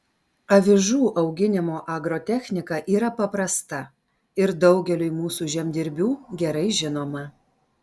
avižų auginimo agrotechnika yra paprasta ir daugeliui mūsų žemdirbių gerai žinoma